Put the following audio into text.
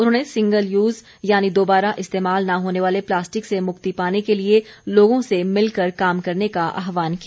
उन्होंने single use यानी दोबारा इस्तेमाल न होने वाले प्लास्टिक से मुक्ति पाने के लिए लोगों से मिलकर काम करने का आहवान किया